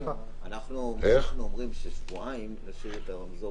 אנחנו אומרים ששבועיים להשאיר את הרמזור